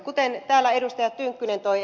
kuten täällä ed